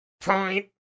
point